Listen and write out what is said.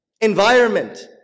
environment